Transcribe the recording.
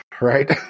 right